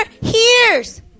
hears